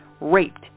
raped